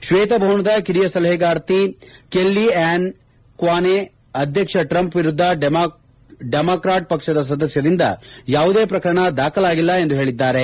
ಶ್ಲೇತ ಭವನದ ಕಿರಿಯ ಸಲಹೆಗಾರ್ತಿ ಕೆಲ್ಲಿಆನ್ ಕಾನ್ವೆ ಅಧ್ಯಕ್ಷ ಟ್ರಂಪ್ ವಿರುದ್ದ ಡೊಮಾಕ್ರಾಟ್ ಪಕ್ಷದ ಸದಸ್ಯರಿಂದ ಯಾವುದೇ ಪ್ರಕರಣ ದಾಖಲಾಗಿಲ್ಲ ಎಂದು ಹೇಳಿದ್ದಾರೆ